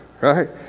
right